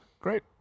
Great